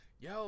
Yo